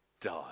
die